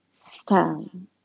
Stand